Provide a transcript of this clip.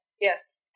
Yes